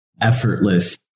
effortless